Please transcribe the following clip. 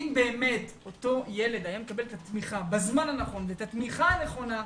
אם באמת אותו ילד היה מקבל את התמיכה בזמן הנכון ואת התמיכה הנכונה,